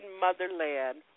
motherland